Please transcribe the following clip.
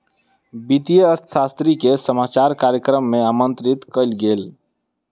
वित्तीय अर्थशास्त्री के समाचार कार्यक्रम में आमंत्रित कयल गेल